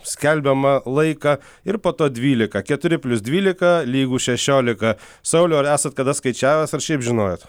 skelbiamą laiką ir po to dvylika keturi plius dvylika lygu šešiolika sauliau ar esat kada skaičiavęs ar šiaip žinojot